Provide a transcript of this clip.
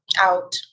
out